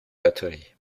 batterie